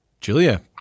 julia